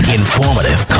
informative